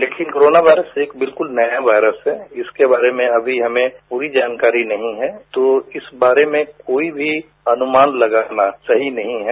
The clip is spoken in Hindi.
लेकिन कोरोना वायरस एक बिल्कल नया वायरस है जिसके बारे में अभी हमें पूरी जानकारी नहीं है तो इस बारे में कोई मी अनुमान लगाना सही नहीं है